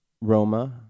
Roma